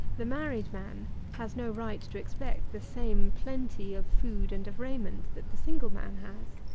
the married man has no right to expect the same plenty of food and of raiment that the single man has.